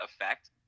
effect